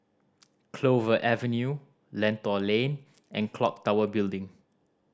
Clover Avenue Lentor Lane and Clock Tower Building